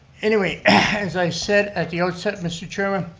anyway, as i said at the outset, mr. chairman,